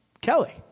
Kelly